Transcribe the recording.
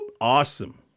awesome